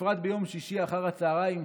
בפרט ביום שישי אחר הצוהריים,